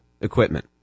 equipment